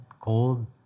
cold